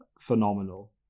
phenomenal